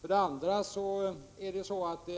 För det andra